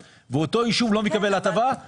הם לא יודעים את התוצאה של העניין.